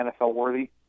NFL-worthy